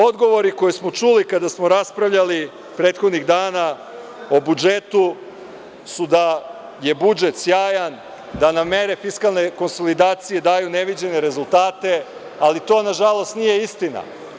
Odgovori koje smo čuli kada smo raspravljali prethodnih dana o budžetu su da je budžet sjajan, da nam mere fiskalne konsolidacije daju neviđene rezultate, ali to, nažalost, nije istina.